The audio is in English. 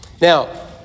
Now